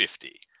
fifty